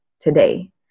today